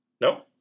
No